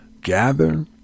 gather